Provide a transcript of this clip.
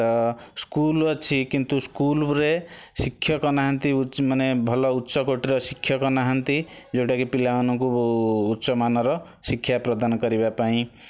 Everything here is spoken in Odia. ତ ସ୍କୁଲ ଅଛି କିନ୍ତୁ ସ୍କୁଲରେ ଶିକ୍ଷକ ନାହାଁନ୍ତି ମାନେ ଭଲ ଉଚ୍ଚ କୋଟିର ଶିକ୍ଷକ ନାହାଁନ୍ତି ଯେଉଁଟା କି ପିଲାମାନଙ୍କୁ ଉଚ୍ଚ ମାନର ଶିକ୍ଷା ପ୍ରଦାନ କରିବା ପାଇଁ